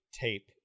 tape